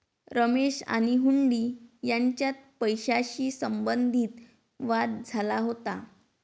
रमेश आणि हुंडी यांच्यात पैशाशी संबंधित वाद झाला होता